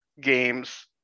games